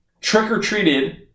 trick-or-treated